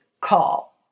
call